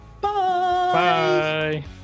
Bye